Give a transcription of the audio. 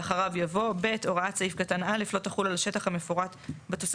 ואחריו יבוא: "(ב) הוראת סעיף קטן (א) לא תחול על השטח המפורט בתוספת